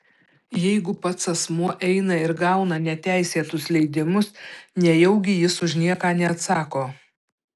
jeigu pats asmuo eina ir gauna neteisėtus leidimus nejaugi jis už nieką neatsako